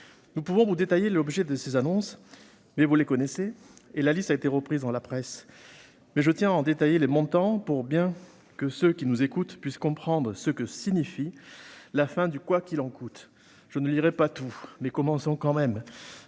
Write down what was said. Nous pouvons vous détailler l'objet de ces annonces, mais vous les connaissez, et la liste a été reprise dans la presse. Je tiens cependant à en rappeler les montants, pour que ceux qui nous écoutent puissent comprendre ce que signifie la fin du « quoi qu'il en coûte »... Le 2 septembre, ce fut une